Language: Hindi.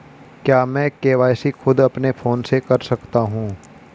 क्या मैं के.वाई.सी खुद अपने फोन से कर सकता हूँ?